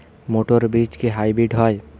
মটর বীজ কি হাইব্রিড হয়?